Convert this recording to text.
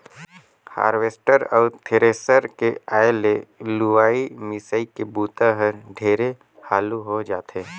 harvester अउ thresher के आए ले लुवई, मिंसई के बूता हर ढेरे हालू हो जाथे